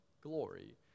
glory